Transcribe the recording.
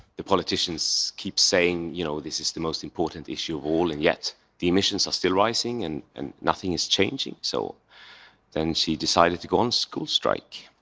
the politicians keep saying, you know this is the most important issue of all, and yet the emissions are still rising. and and nothing is changing. so then she decided to go on school strike.